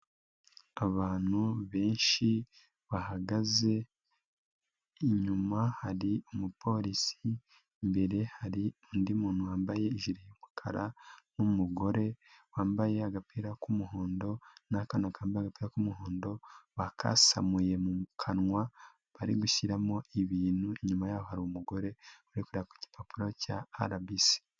Abantu benshi bahagaze, inyuma hari umupolisi, imbere hari undi muntu wambaye ijiri y'umukara n'umugore wambaye agapira k'umuhondo n'akana kambaye agapira k'umuhondo, bakasamuye mu kanwa bari gushyiramo ibintu, inyuma yaho hari umugore uri kureba ku gipapuro cya RBC.